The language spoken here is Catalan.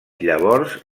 llavors